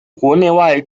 国内外